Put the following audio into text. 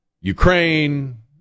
Ukraine